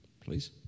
please